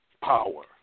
power